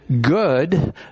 good